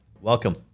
welcome